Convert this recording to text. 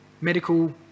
medical